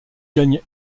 gagne